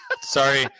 Sorry